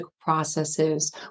processes